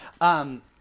Um-